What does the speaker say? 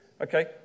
Okay